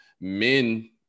men